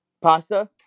pasta